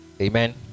amen